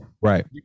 right